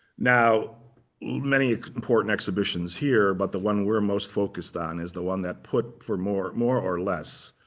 now many important exhibitions here but the one we're most focused on is the one that put for more more or less